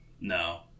No